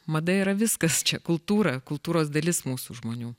mada yra viskas čia kultūra kultūros dalis mūsų žmonių